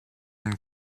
une